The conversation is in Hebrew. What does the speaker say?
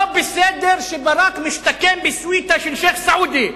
לא בסדר שברק משתכן בסוויטה של שיח' סעודי.